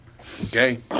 Okay